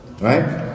Right